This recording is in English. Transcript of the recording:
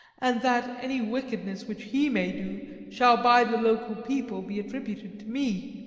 and that any wickedness which he may do shall by the local people be attributed to me.